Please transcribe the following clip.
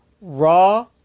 raw